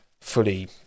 fully